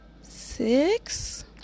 six